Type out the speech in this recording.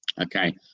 okay